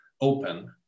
open